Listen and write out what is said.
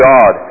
God